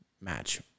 match